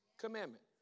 commandment